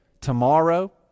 tomorrow